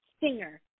singer